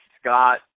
Scott